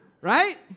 Right